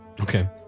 Okay